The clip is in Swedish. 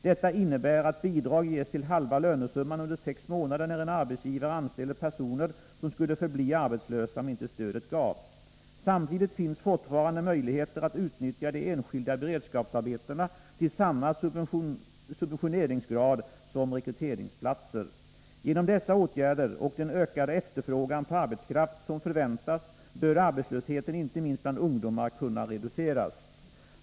Detta innebär att bidrag ges till halva lönesumman under sex månader när en arbetsgivare anställer personer som skulle förbli arbetslösa om inte stödet gavs. Samtidigt finns fortfarande möjligheter att utnyttja de enskilda beredskapsarbetena till samma subventioneringsgrad som rekryteringsplatser. Genom dessa åtgärder och den ökade efterfrågan på arbetskraft som förväntas bör arbetslösheten, inte minst bland ungdomar, kunna reduceras.